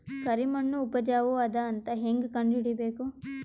ಕರಿಮಣ್ಣು ಉಪಜಾವು ಅದ ಅಂತ ಹೇಂಗ ಕಂಡುಹಿಡಿಬೇಕು?